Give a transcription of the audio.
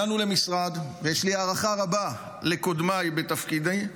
הגענו למשרד, ויש לי הערכה רבה לקודמיי בתפקידי,